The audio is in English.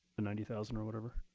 ninety thousand or whatever?